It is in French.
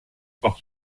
par